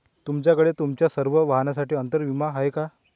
तुमच्याकडे तुमच्या सर्व वाहनांसाठी अंतर विमा आहे का